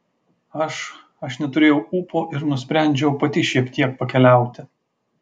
aš aš neturėjau ūpo ir nusprendžiau pati šiek tiek pakeliauti